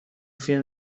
فیلم